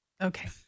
Okay